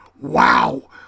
Wow